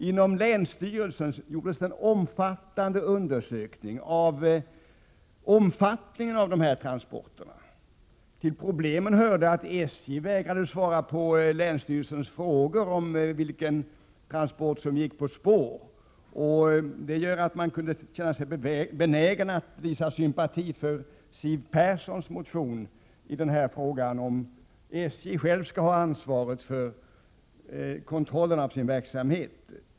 Inom länsstyrelsen gjordes en stor undersökning av omfattningen av dessa transporter. Till problemen hörde att SJ vägrade att svara på länsstyrelsens frågor om vilka transporter som gick på spår. Det gör att man känner sig benägen att visa sympati för Siw Perssons motion som gäller om SJ själva skall ha ansvar för kontrollen av sin verksamhet.